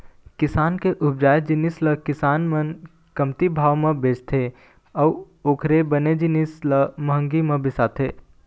किसान के उपजाए जिनिस ल किसान मन कमती भाव म बेचथे अउ ओखरे बने जिनिस ल महंगी म बिसाथे